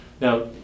Now